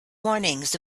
warnings